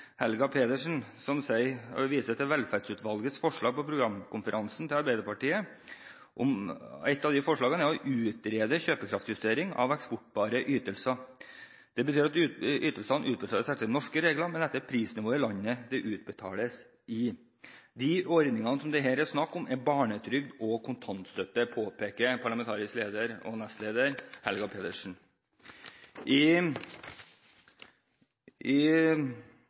velferdsutvalgets forslag på programkonferansen til Arbeiderpartiet om å utrede kjøpekraftjustering av eksporterbare ytelser. Parlamentarisk leder og nestleder Helga Pedersen påpekte at det betyr at ytelsen utbetales etter norske regler, men etter prisnivået i landet de utbetales i, og at de ordningene som det her er snakk om, er barnetrygd og kontantstøtte.